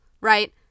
right